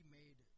made